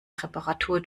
reparatur